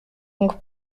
donc